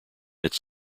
its